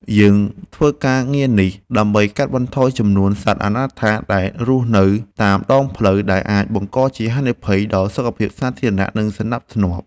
យើងធ្វើការងារនេះដើម្បីកាត់បន្ថយចំនួនសត្វអនាថាដែលរស់នៅតាមដងផ្លូវ ដែលអាចបង្កជាហានិភ័យដល់សុខភាពសាធារណៈ និងសណ្ដាប់ធ្នាប់។